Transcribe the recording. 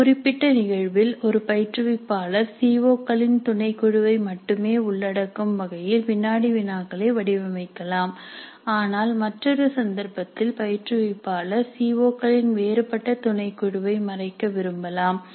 ஒரு குறிப்பிட்ட நிகழ்வில் ஒரு பயிற்றுவிப்பாளர் சி ஓ களின் துணைக்குழுவை மட்டுமே உள்ளடக்கும் வகையில் வினாடி வினாக்களை வடிவமைக்கலாம் ஆனால் மற்றொரு சந்தர்ப்பத்தில் பயிற்றுவிப்பாளர் சி ஓகளின் வேறுபட்ட துணைக்குழுவை மறைக்க விரும்பலாம்